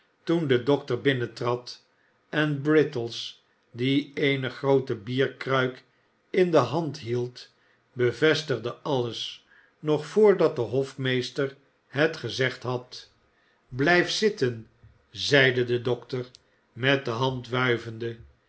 toen de dokter binnentrad en brittles die eene groote bierkruik in de hand hield bevestigde alles nog voordat de hofmeester het gezegd had blijf zitten zeide de dokter met de hand wuivende